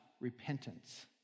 repentance